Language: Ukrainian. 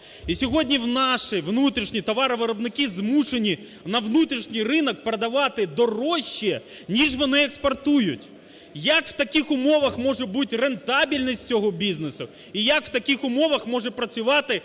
І сьогодні наші внутрішні товаровиробники змушені на внутрішній ринок продавати дорожче, ніж вони експортують. Як в таких умовах може бути рентабельність цього бізнесу, і як в таких умовах може працювати